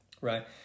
right